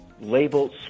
labeled